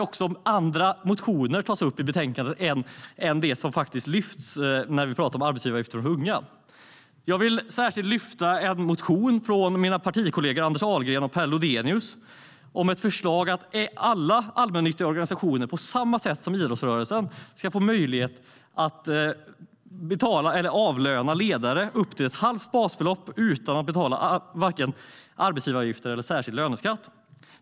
Också andra motioner tas upp i betänkandet än den det handlar om när vi talar om arbetsgivaravgifterna för unga. Jag vill särskilt lyfta fram en motion från mina partikollegor Anders Ahlgren och Per Lodenius om ett förslag om att alla allmännyttiga organisationer på samma sätt som idrottsrörelsen ska få möjlighet att avlöna ledare med upp till ett halvt basbelopp utan att betala vare sig arbetsgivaravgifter eller särskild löneskatt.